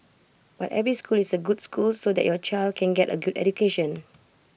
but every school is A good school so that your child can get A good education